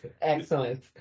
Excellent